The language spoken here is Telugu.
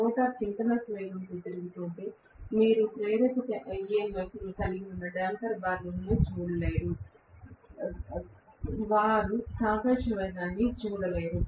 రోటర్ సింక్రోనస్ వేగంతో తిరుగుతుంటే మీరు ప్రేరేపిత EMF ను కలిగి ఉన్న డేంపర్ను చూడలేరు వారు సాపేక్ష వేగాన్ని చూడలేరు